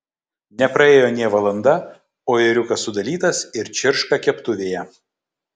nepraėjo nė valanda o ėriukas sudalytas ir čirška keptuvėje